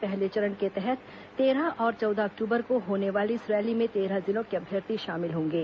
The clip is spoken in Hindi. पहले चरण के तहत तेरह और चौदह अक्टूबर को होने वाली इस रैली में तेरह जिलों के अभ्यर्थी शामिल होंगे